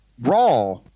Raw